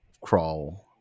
crawl